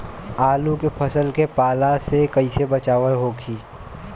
आलू के फसल के पाला से कइसे बचाव होखि?